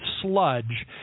sludge